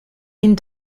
den